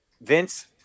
vince